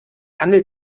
handelt